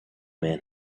man